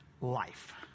life